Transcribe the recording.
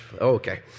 okay